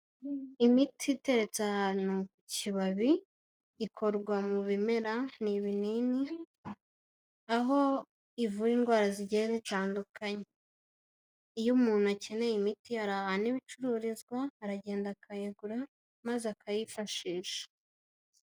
Imiti iteretse ahantu ku kibabi ikorwa mu bimera ni ibinini, aho ivura indwara zigiye zitandukanye, iyo umuntu akeneye imiti hari ahantu iba ibicuruzwa aragenda akayigura maze akayifashisha.